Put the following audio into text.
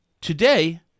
today